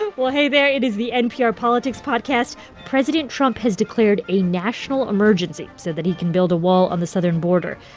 well, hey there. it is the npr politics podcast. president trump has declared a national emergency so that he can build a wall on the southern border.